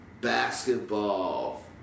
basketball